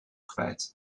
kwijt